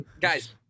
Guys